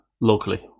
locally